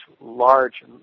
large